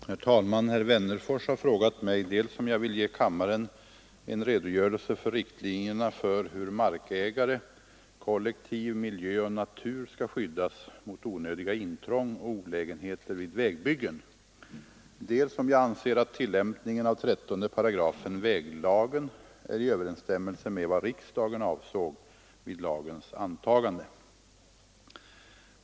Herr talman! Herr Wennerfors har frågat mig dels om jag vill ge kammaren en redogörelse för riktlinjerna för hur markägare, kollektiv, miljö och natur skall skyddas mot onödiga intrång och olägenheter vid vägbyggen, dels om jag anser att tillämpningen av 13 § väglagen är i överensstämmelse med vad riksdagen avsåg vid lagens antagande.